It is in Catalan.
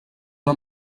una